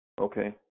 Okay